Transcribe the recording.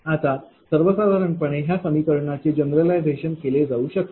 आता सर्वसाधारणपणे ह्या समीकरणाचे जनरलायझेशन केले जाऊ शकते